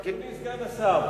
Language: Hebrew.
אדוני סגן השר,